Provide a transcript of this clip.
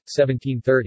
1730